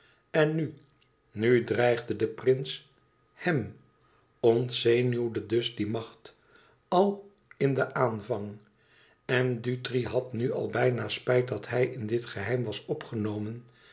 en nu nu dreigde de prins hèm ontzenuwde dus die macht al in den aanvang en dutri had nu bijna spijt dat hij in dit geheim was opgenomen